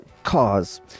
cause